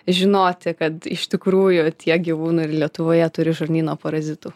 žinoti kad iš tikrųjų tiek gyvūnų ir lietuvoje turi žarnyno parazitų